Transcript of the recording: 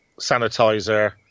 sanitizer